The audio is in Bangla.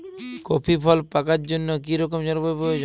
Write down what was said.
কফি ফল পাকার জন্য কী রকম জলবায়ু প্রয়োজন?